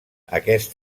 aquest